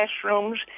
classrooms